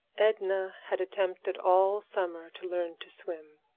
edna had attempted all summer to learn to swim.